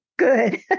Good